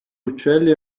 uccelli